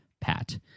Pat